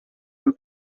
you